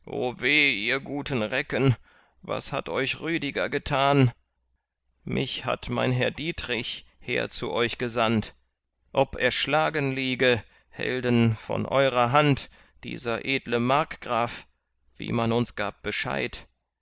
ihr guten degen was hatt euch rüdiger getan mich hatt mein herr dietrich her zu euch gesandt ob erschlagen liege helden von eurer hand dieser edle markgraf wie man uns gab bescheid